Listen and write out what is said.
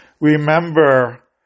remember